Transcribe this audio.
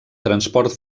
transport